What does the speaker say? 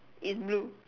is blue